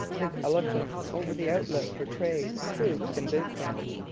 his eloquence over the outlook for trade proved convincing.